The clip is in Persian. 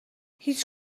هیچ